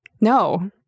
No